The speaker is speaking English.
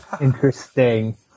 Interesting